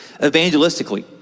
evangelistically